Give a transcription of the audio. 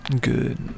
good